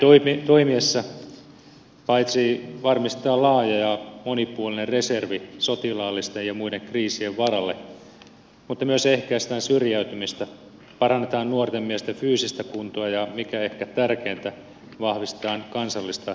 näin toimittaessa paitsi varmistetaan laaja ja monipuolinen reservi sotilaallisten ja muiden kriisien varalle myös ehkäistään syrjäytymistä parannetaan nuorten miesten fyysistä kuntoa ja mikä ehkä tärkeintä vahvistetaan kansallista yhteenkuuluvaisuutta